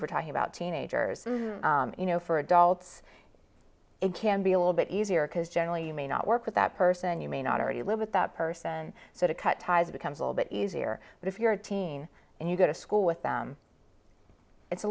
especially we're talking about teenagers you know for adults it can be a little bit easier because generally you may not work with that person you may not already live with that person so to cut ties becomes a little bit easier but if you're a teen and you go to school with them it's a